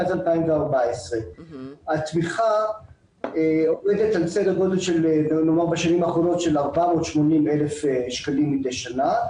מאז 2014. התמיכה בשנים האחרונות עומדת על כ-480 אלף שקלים מדי שנה,